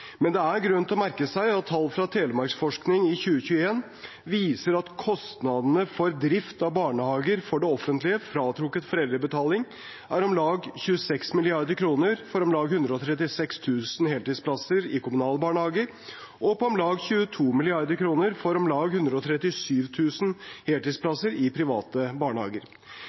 men det er grunn til å merke seg at tall fra Telemarksforskning fra 2021 viser at kostnadene for drift av barnehager for det offentlige, fratrukket foreldrebetaling, er på om lag 26 mrd. kr for om lag 136 000 heltidsplasser i kommunale barnehager og på om lag 22 mrd. kr for om lag 137 000 heltidsplasser i private barnehager.